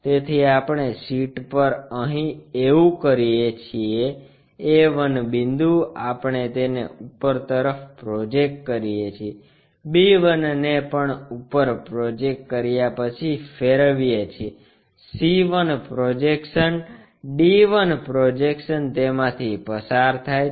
તેથી આપણે શીટ પર અહીં એવુ કરીએ છીએ a 1 બિંદુ આપણે તેને ઉપર તરફ પ્રોજેક્ટ કરીએ છીએ b 1 ને પણ ઉપર પ્રોજેક્ટ કર્યા પછી ફેરવીએ છીએ c 1 પ્રોજેક્શન d 1 પ્રોજેક્શન તેમાંથી પસાર થાય છે